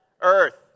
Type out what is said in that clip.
earth